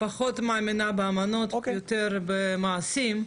פחות מאמינה באמנות, יותר במעשים.